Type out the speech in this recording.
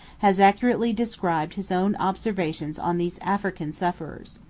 has accurately described his own observations on these african sufferers.